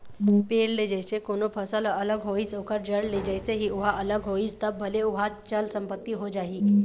पेड़ ले जइसे कोनो फसल ह अलग होइस ओखर जड़ ले जइसे ही ओहा अलग होइस तब भले ओहा चल संपत्ति हो जाही